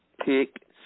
pick